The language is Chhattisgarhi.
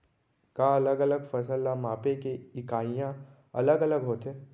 का अलग अलग फसल ला मापे के इकाइयां अलग अलग होथे?